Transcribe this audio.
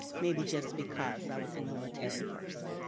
maybe just because i was a military person.